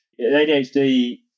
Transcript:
ADHD